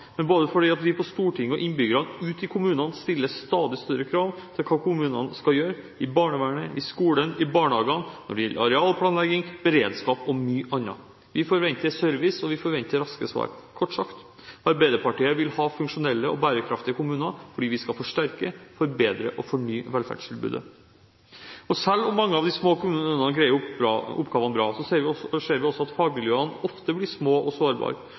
men fordi både vi på Stortinget og innbyggerne ute i kommunene stiller stadig større krav til hva kommunene skal gjøre i barnevernet, i skolen, i barnehagene, når det gjelder arealplanlegging, beredskap og mye annet. Vi forventer service, og vi forventer raske svar – kort sagt. Arbeiderpartiet vil ha funksjonelle og bærekraftige kommuner fordi vi skal forsterke, forbedre og fornye velferdstilbudet. Selv om mange av de små kommunene greier oppgavene bra, ser vi også at fagmiljøene ofte blir små og sårbare,